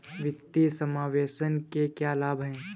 वित्तीय समावेशन के क्या लाभ हैं?